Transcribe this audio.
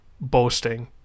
boasting